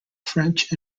french